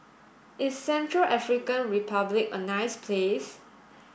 is Central African Republic a nice place